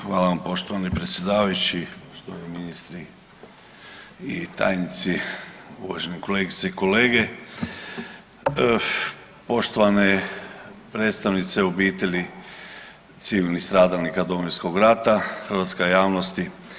Hvala vam poštovani predsjedavajući, štovani ministri i tajnici, uvažene kolegice i kolege, poštovane predstavnice obitelji civilnih stradalnika Domovinskog rata, hrvatska javnosti.